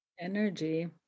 energy